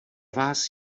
vás